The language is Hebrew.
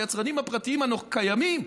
היצרנים הפרטיים הקיימים,